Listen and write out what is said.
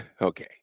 Okay